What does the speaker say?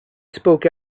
spoke